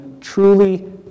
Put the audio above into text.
truly